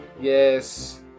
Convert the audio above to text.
Yes